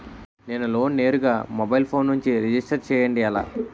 నేను లోన్ నేరుగా mobile phone నుంచి రిజిస్టర్ చేయండి ఎలా?